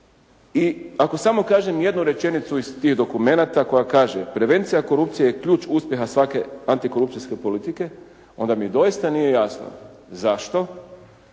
i ako samo kažem jednu rečenicu iz tih dokumenata, koja kaže koja kaže: «Prevencija korupcije je ključ uspjeha svake antikorupcijske politike» onda mi doista nije jasno zašto